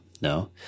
No